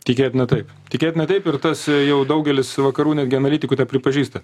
tikėtina taip tikėtina taip ir tas jau daugelis vakarų netgi analitikų nepripažįsta